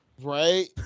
Right